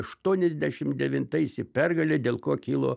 aštuoniasdešim devintais į pergalę dėl ko kilo